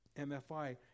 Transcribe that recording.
MFI